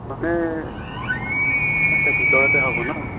মানে আচ্ছা ভিতৰতে হ'ব ন